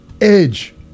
Edge